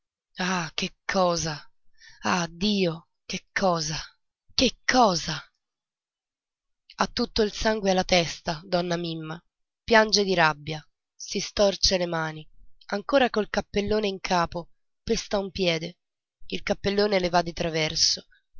ah che cosa ah dio che cosa che cosa ha tutto il sangue alla testa donna mimma piange di rabbia si storce le mani ancora col cappellone in capo pesta un piede il cappellone le va di traverso